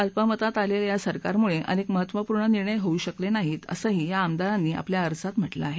अल्पमतात आलेल्या या सरकारमुळे अनेक महत्त्वपूर्ण निर्णय होऊ शकले नाहीत असंही या आमदारांनी आपल्या अर्जात म्हटलं आहे